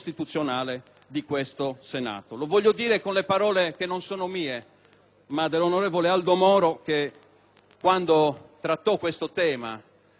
ma dell'onorevole Aldo Moro, che quando trattò questo tema nella Camera dei deputati ricordò ai suoi colleghi: